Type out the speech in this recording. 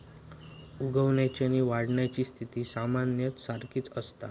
उगवण्याची आणि वाढण्याची स्थिती सामान्यतः सारखीच असता